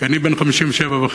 כי אני בן 57 וחצי.